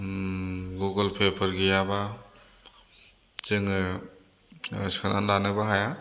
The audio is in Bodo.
गुगोलपेफोर गैयाबा जोङो सोनानै लानोबो हाया